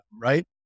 right